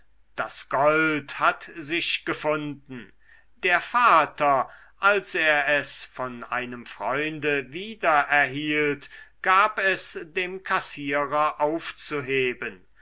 das gold hat sich gefunden der vater als er es von einem freunde wiedererhielt gab es dem kassier aufzuheben